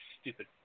stupid –